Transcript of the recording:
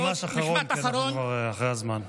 אבל ממש אחרון, כי אנחנו כבר אחרי הזמן.